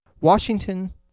Washington